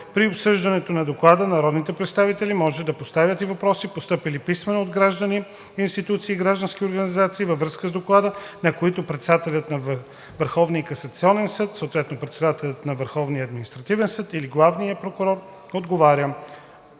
При обсъждането на доклада народните представители може да поставят и въпроси, постъпили писмено от граждани, институции и граждански организации във връзка с доклада, на които председателят на Върховния касационен съд, съответно председателят на Върховния административен